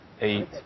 eight